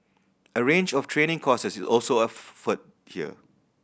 a range of training courses is also offered here